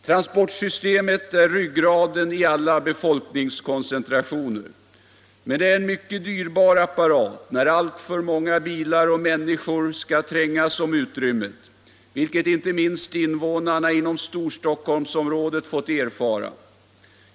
Transportsystemet är ryggraden i alla befolkningskoncentrationer. Men det är en mycket dyrbar apparat när alltför många bilar och människor skall trängas om utrymmet, vilket inte minst invånarna inom Storstockholmsområdet fått erfara.